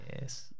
yes